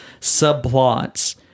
subplots